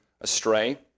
astray